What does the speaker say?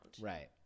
Right